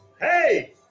Hey